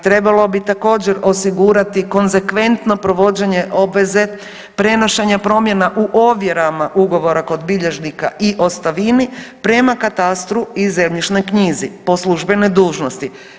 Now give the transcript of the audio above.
Trebalo bi također osigurati konsekventno provođenje obveze prenošenja promjena u ovjerama ugovora kod bilježnika i ostavini prema katastru i zemljišnoj knjiži po službenoj dužnosti.